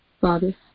Father